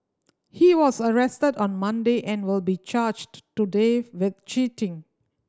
he was arrested on Monday and will be charged today with cheating